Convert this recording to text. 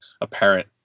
apparent